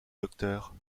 docteur